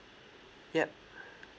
yup